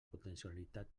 potencialitat